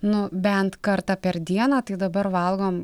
nu bent kartą per dieną tai dabar valgom